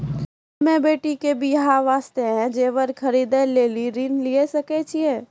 हम्मे बेटी के बियाह वास्ते जेबर खरीदे लेली ऋण लिये सकय छियै?